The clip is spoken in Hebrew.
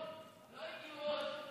לא, לא הגיעו עוד.